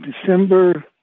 December